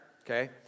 okay